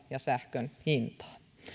ja sähkön hintaa